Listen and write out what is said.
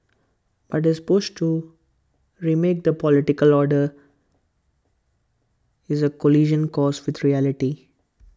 but his push to remake the political order is A collision course with reality